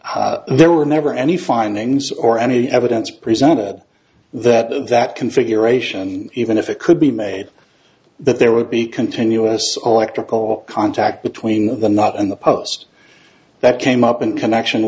there were never any findings or any evidence presented that that configuration even if it could be made that there would be continuous all extra coal contact between the knot in the post that came up in connection